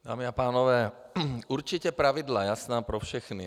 Dámy a pánové, určitě pravidla jasná pro všechny.